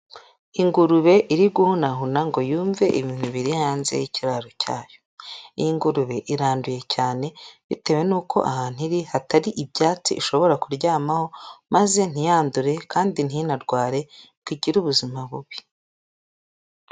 Ingurube iri guhunahuna ngo yumve ibintu biri hanze y'ikiraro cyayo, iyi ngurube iranduye cyane bitewe n'uko ahantu iri hatari ibyatsi ishobora kuryamaho maze ntiyandure kandi ntinarware ngo igire ubuzima bubi.